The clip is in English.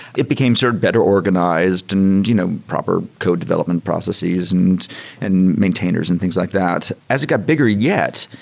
it became sort of better organized and you know proper code development processes and and maintainers and things like that. as it got bigger yet,